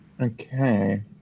Okay